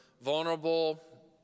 vulnerable